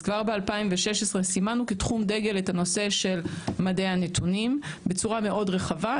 אז כבר ב-2016 את הנושא של מדעי הנתונים בצורה מאוד רחבה.